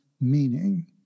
meaning